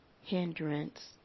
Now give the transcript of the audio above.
hindrance